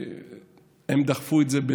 הם דחפו את זה.